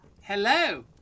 Hello